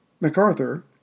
MacArthur